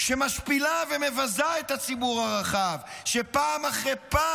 שמשפילה ומבזה את הציבור הרחב, שפעם אחרי פעם